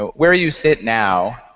ah where you sit now,